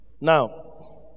Now